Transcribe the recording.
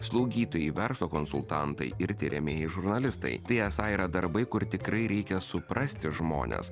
slaugytojai verslo konsultantai ir tiriamieji žurnalistai tai esą yra darbai kur tikrai reikia suprasti žmones